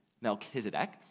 Melchizedek